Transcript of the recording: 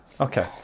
Okay